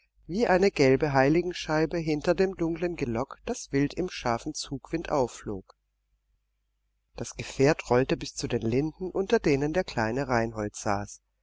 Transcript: wie eine gelbe heiligenscheibe hinter dem dunklen gelock das wild im scharfen zugwind aufflog das gefährt rollte bis zu den linden unter denen der kleine reinhold saß